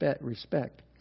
respect